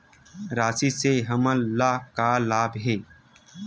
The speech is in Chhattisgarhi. राशि से हमन ला का लाभ हे?